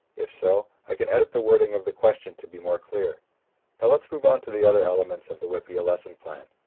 if so, i can edit the wording of the question to be more clear. now let's move on to the other elements of the wippea lesson plan.